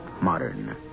modern